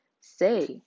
say